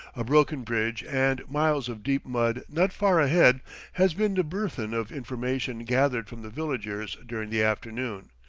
a broken bridge and miles of deep mud not far ahead has been the burthen of information gathered from the villagers during the afternoon,